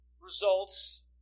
results